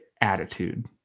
attitude